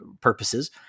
purposes